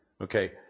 Okay